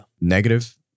negative